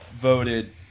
voted